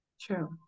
True